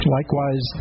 Likewise